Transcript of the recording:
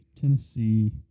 Tennessee